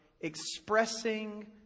expressing